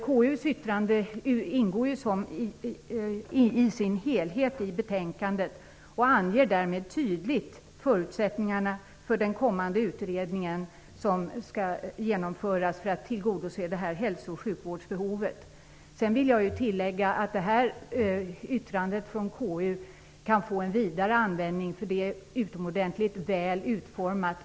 KU:s yttrande ingår i sin helhet i betänkandet och anger därmed tydligt förutsättningarna för den kommande utredning som skall genomföras för att tillgodose detta hälso och sjukvårdsbehov. Sedan vill jag tillägga att yttrandet från KU kan få en vidare användning. Det är utomordentligt väl utformat.